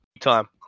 Time